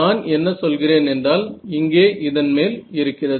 நான் என்ன சொல்கிறேன் என்றால் இங்கே இதன் மேல் இருக்கிறது